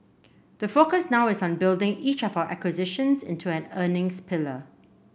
the focus now is on building each of our acquisitions into an earnings pillar